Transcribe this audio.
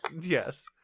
Yes